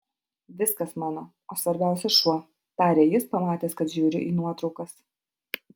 viskas mano o svarbiausia šuo tarė jis pamatęs kad žiūriu į nuotraukas